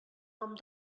nom